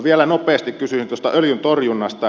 vielä nopeasti kysyisin tuosta öljyntorjunnasta